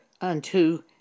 unto